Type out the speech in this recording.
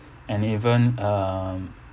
and even um